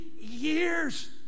years